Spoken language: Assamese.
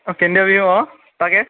অঁ কেন্দ্ৰীয় বিহু অঁ তাকে